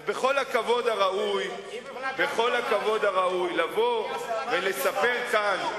אז בכל הכבוד הראוי, לבוא ולספר כאן,